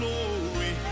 Glory